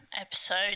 episode